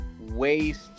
waste